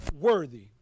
worthy